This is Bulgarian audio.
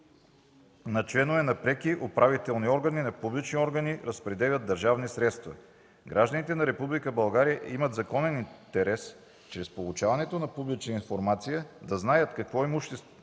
на членове на преки управителни органи на публични органи разпределят държавни средства. Гражданите на Република България имат законен интерес, чрез получаването на публична информация да знаят какво е имущественото